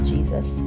Jesus